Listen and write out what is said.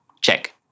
check